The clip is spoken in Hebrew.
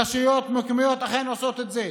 רשויות מקומיות אכן עושות את זה.